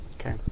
Okay